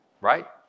right